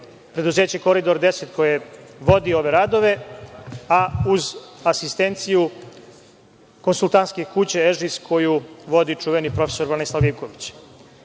preduzeće Koridor 10 koje vodi ove radove, a uz asistenciju konsultantske kuće „Ežis“, koju vodi čuveni profesor Branislav Ivković.U